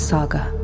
Saga